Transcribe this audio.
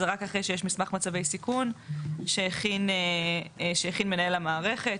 זה רק אחרי שיש מסמך מצבי סיכון שהכין מנהל המערכת.